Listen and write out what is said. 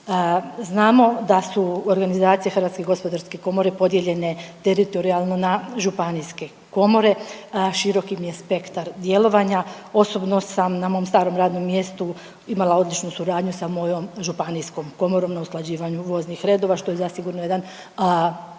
Znamo da su organizacije HGK podijeljene teritorijalno na županijske komore, širok im je spektar djelovanja. Osobno sam na mom starom radnom mjestu imala odličnu suradnju sa mojom županijskom komorom na usklađivanju voznih redova što je zasigurno jedan